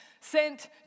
sent